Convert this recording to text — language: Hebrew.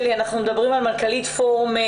התפקיד שלי הוא לשים זרקור על אוכלוסייה פחות מוכרת,